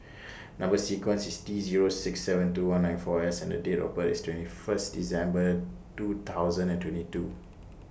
Number sequence IS T Zero six seven two one nine four S and Date of birth IS twenty First December two thousand and twenty two